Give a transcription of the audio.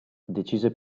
decise